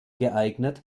geeignet